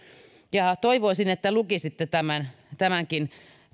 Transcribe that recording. ja toivoisin että lukisitte tämänkin